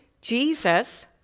Jesus